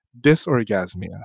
disorgasmia